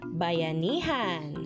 bayanihan